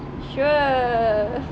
sure